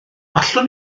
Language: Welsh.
allwn